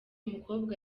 mukobwa